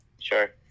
Sure